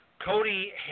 Cody